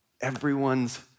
everyone's